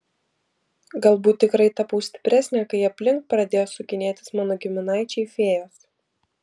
galbūt tikrai tapau stipresnė kai aplink pradėjo sukinėtis mano giminaičiai fėjos